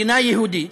מדינה יהודית,